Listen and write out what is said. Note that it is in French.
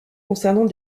concernant